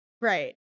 right